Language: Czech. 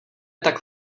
tak